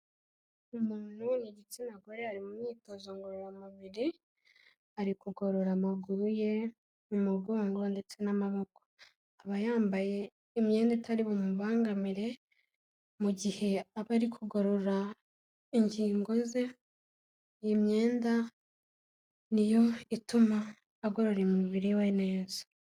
Uyu umuntu rero ni igitsina gore ari mu myitozo ngororamubiri ari kugorora amaguru ye umugongo ndetse n'amaboko, aba yambaye imyenda itari bumubangamire mu gihe aba ari kugorora ingingo ze, iyi myenda niyo ituma agorora umubiri we neza.